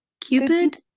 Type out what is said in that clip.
Cupid